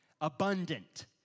abundant